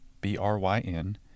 B-R-Y-N